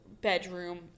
bedroom